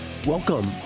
Welcome